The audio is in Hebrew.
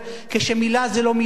כשמלה זה לא מלה,